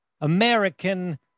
American